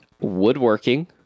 woodworking